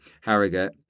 Harrogate